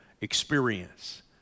experience